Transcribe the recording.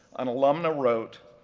an alumna wrote,